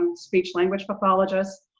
um speech language pathologists,